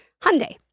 Hyundai